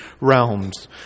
realms